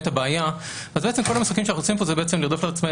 הבעיה אז בעצם כל המשחקים שאנחנו עושים פה זה לרדוף לעצמנו